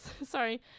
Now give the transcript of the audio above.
sorry